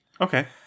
okay